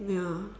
ya